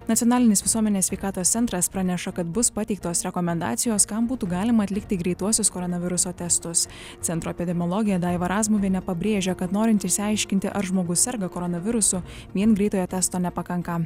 nacionalinis visuomenės sveikatos centras praneša kad bus pateiktos rekomendacijos kam būtų galima atlikti greituosius koronaviruso testus centro epidemiologė daiva razmuvienė pabrėžia kad norint išsiaiškinti ar žmogus serga koronavirusu vien greitojo testo nepakanka